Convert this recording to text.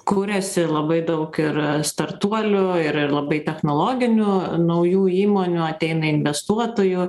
kuriasi labai daug ir startuolių ir ir labai technologinių naujų įmonių ateina investuotojų